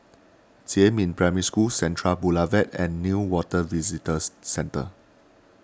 Jiemin Primary School Central Boulevard and Newater Visitors Centre